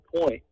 point